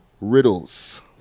Riddles